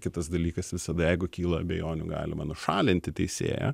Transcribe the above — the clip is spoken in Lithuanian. kitas dalykas visada jeigu kyla abejonių galima nušalinti teisėją